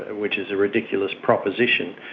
which is a ridiculous proposition.